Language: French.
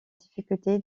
difficultés